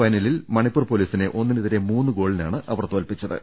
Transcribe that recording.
ഫൈനലിൽ മണിപ്പൂർ പൊലീസിനെ ഒന്നിനെതിരെ മൂന്ന് ഗോളുകൾക്കാണ് അവർ തോൽപ്പിച്ചത്